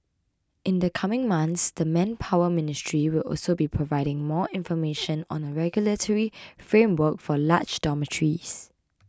in the coming months the Manpower Ministry will also be providing more information on a regulatory framework for large dormitories